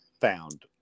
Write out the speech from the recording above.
found